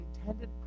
intended